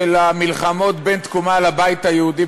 של המלחמות בין תקומה לבית היהודי,